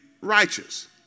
righteous